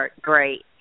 great